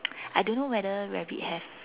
I don't know whether rabbit have